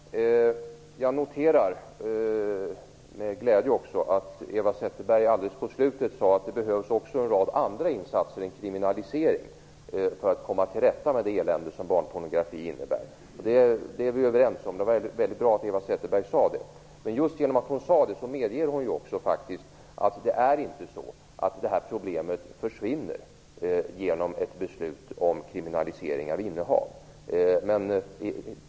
Herr talman! Jag noterar med glädje att Eva Zetterberg i slutet av sitt anförande sade att det också behövs en rad andra insatser än kriminalisering för att komma till rätta med det elände som barnpornografin innebär. Det är vi överens om. Det var väldigt bra att Eva Zetterberg sade detta. Just genom att hon sade detta medger hon ju faktiskt att det är inte så att det här problemet försvinner genom ett beslut om kriminalisering av innehav.